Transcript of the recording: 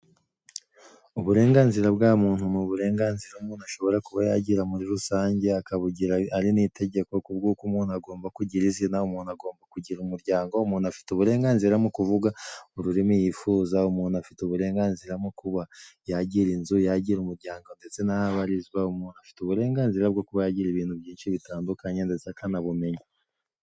Uburenganzira bwa muntu ni uburenganzira umuntu ashobora kuba yagira muri rusange, akabugira ari n' itegeko ku bw'uko umuntu agomba kugira izina, umuntu agomba kugira umujyango, umuntu afite uburenganzira mu kuvuga ururimi yifuza, umuntu afite uburenganzira bwo kuba yagira inzu yagira umuryango, ndetse n'aho abarizwa. Umuntu afite uburenganzira bwo kuba yagira ibintu byinshi bitandukanye ndetse akanabumenya.